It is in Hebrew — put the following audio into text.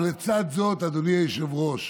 אבל לצד זאת, אדוני היושב-ראש,